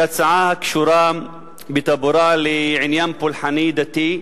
היא הצעה הקשורה בטבורה לעניין פולחני דתי.